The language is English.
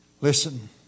Listen